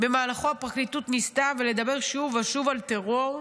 ובמהלכו הפרקליטות ניסתה לדבר שוב ושוב על טרור,